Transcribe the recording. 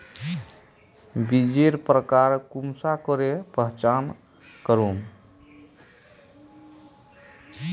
बीजेर प्रकार कुंसम करे पहचान करूम?